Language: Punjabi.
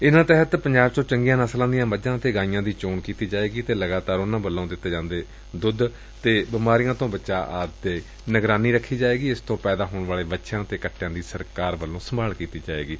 ਇਨੂਾ ਤਹਿਤ ਪੰਜਾਬ ਵਿੱਚੋਂ ਚੰਗੀਆਂ ਨਸਲਾਂ ਦੀਆਂ ਮੱਡਾਂ ਅਤੇ ਗਾਵਾਂ ਦੀ ਚੋਣ ਕੀਤੀ ਜਾਵੇਗੀ ਅਤੇ ਲਗਾਤਾਰ ਉਨਾਂ ਵੱਲੋਂ ਦਿੱਤੇ ਜਾਂਦੇ ਦੱਧ ਬਿਮਾਰੀਆਂ ਤੋਂ ਬਚਾਅ ਆਦਿ ਤੇ ਨਜ਼ਰ ਰੱਖੀ ਜਾਵੇਗੀ ਅਤੇ ਇਨੂਾਂ ਤੋ ਪੈਦਾ ਹੋਣ ਵਾਲੇ ਵੱਛਿਆਂ ਅਤੇ ਕੱਟਿਆਂ ਦੀ ਸਰਕਾਰ ਵੱਲੋ ਸੰਭਾਲ ਕੀਤੀ ਜਾਵੇਗੀ